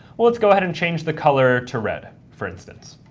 let's go ahead and change the color to red, for instance.